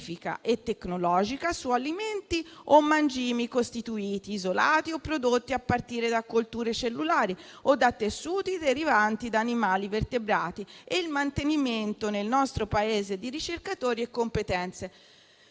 e tecnologica su alimenti o mangimi costituiti, isolati o prodotti a partire da colture cellulari o da tessuti derivanti da animali vertebrati e il mantenimento nel nostro Paese di ricercatori e competenze».